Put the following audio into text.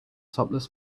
topless